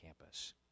campus